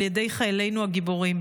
על ידי חיילינו הגיבורים,